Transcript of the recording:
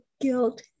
guilt